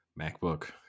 MacBook